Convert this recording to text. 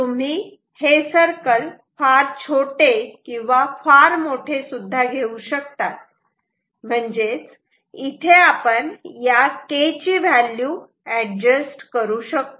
तुम्ही हे सर्कल फार छोटे किंवा फार मोठे सुद्धा घेऊ शकतात म्हणजेच इथे आपण या K ची व्हॅल्यू ऍडजस्ट करू शकतो